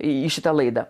į šitą laidą